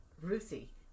Ruthie